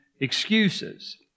excuses